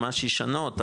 ממש ישנות,